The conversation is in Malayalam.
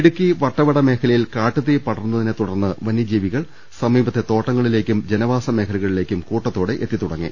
ഇടുക്കി വട്ടവട മേഖലയിൽ കാട്ടുതീ പടർന്നതിനെ തുടർന്ന് വന്യ ജീവികൾ സമീപത്തെ തോട്ടങ്ങളിലേക്കും ജനവാസമേഖലയിലേക്കും കൂട്ട ത്തോടെ എത്തിത്തുടങ്ങി